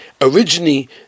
originally